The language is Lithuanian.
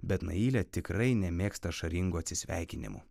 bet nailė tikrai nemėgsta ašaringų atsisveikinimų